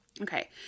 Okay